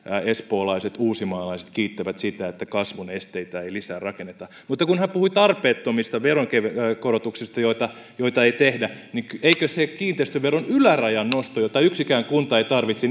espoolaiset uusimaalaiset kiittävät sitä että kasvun esteitä ei lisää rakenneta mutta kun hän puhui tarpeettomista veronkorotuksista joita joita ei tehdä niin eikö se kiinteistöveron ylärajan nosto jota yksikään kunta ei tarvitse